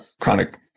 chronic